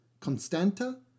Constanta